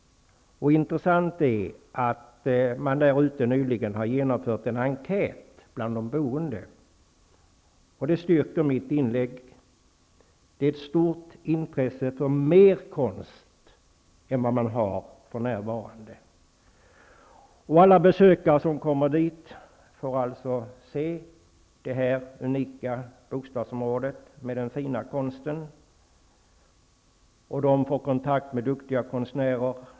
Nyligen har genomförts en enkät bland de boende. Resultatet av enkäten styrker mitt inlägg. Där råder ett stort intresse för mer konst än vad som finns för närvarande. Alla besökare som kommer till Jarlaberg får se det unika bostadsområdet med den fina konsten. De får kontakt med duktiga konstnärer.